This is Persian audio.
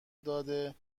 داده